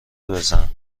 بزن